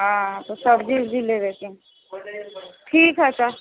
हँ सब्जी वब्जी लेबयके है ठीक है तऽ